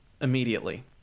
immediately